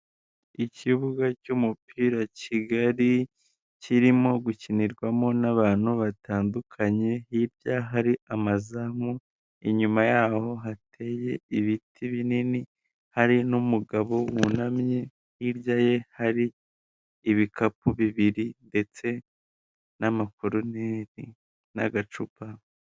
Ikibuga cy'umupira kigali kirimo gukinirwamo n'abantu batandukanye, hirya hari amazamu, inyuma yaho hateye ibiti binini hari n'umugabo wunamye hirya ye hari ibikapu bibiri ndetse n'amakoroneri n'agacupa.